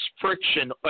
friction